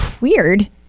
Weird